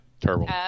Terrible